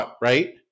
Right